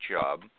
job